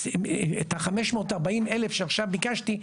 ו-540 אלף שעכשיו ביקשתי,